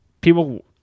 people